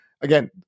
again